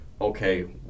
okay